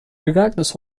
regardless